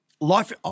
life